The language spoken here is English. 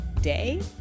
Day